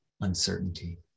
uncertainty